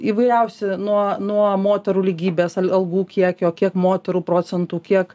įvairiausi nuo nuo moterų lygybės al algų kiekio kiek moterų procentų kiek